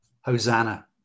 Hosanna